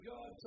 God